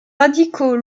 radicaux